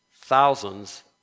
thousands